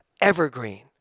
evergreen